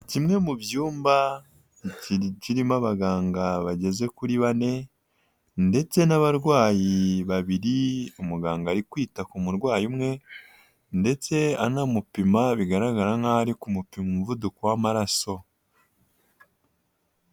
Kimwe mu byumba kirimo abaganga bageze kuri bane ndetse n'abarwayi babiri, umuganga ari kwita ku murwayi umwe ndetse anamupima bigaragara nk'aho aei kumupima umuvuduko w'amaraso.